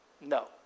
No